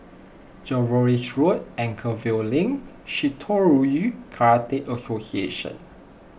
Jervois Road Anchorvale Link Shitoryu Karate Association